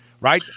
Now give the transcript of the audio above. right